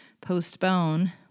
postpone